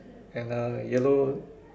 and a yellow